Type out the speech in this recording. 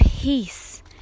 peace